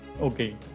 okay